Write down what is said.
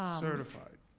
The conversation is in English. um certified.